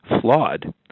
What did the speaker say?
flawed